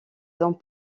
dans